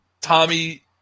Tommy